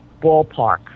ballpark